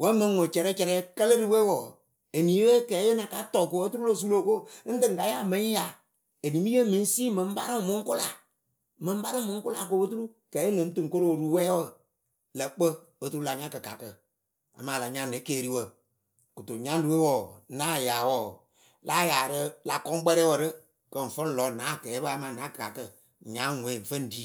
wǝ mɨŋ ŋwɨ cɛrɛcɛrɛ kǝlɨ rɨ we wɔɔ eniye kɛɛyɨwe na tɔ ko oturu lo su lóo ko ŋ tɨ ŋ ka ya mɨŋ ya enimiye mɨŋ si mɨŋ parɨ ŋwɨ mɨŋ kʊla mɨŋ parɨ mɨŋ kʊla ko po turu kɛye nɨŋ tɨ ŋ koro ru wɛɛwǝ lǝ kpɨ oturu la nya kɨkakǝ. amaa la nya ne keriwǝ kɨto nyaŋɖɨ we wɔɔ náa ya wɔɔ la yarɨ oturu la kɔŋ kpɛrɛwǝ rɨ kɨ ŋ fɨ ŋ lɔ nä akɛɛpǝ amaa nä gakǝ ŋ nya ŋwe ŋ fɨ ŋ ri.